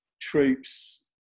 troops